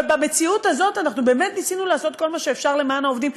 אבל במציאות הזאת אנחנו באמת ניסינו לעשות כל מה שאפשר למען העובדים,